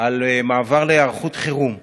על מעבר להיערכות חירום.